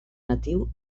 natiu